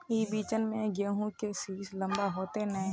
ई बिचन में गहुम के सीस लम्बा होते नय?